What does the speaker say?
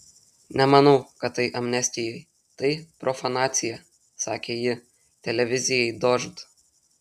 nemanau kad tai amnestijai tai profanacija sakė ji televizijai dožd